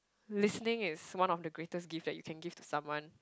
listening is one of the greatest gift that you can give to someone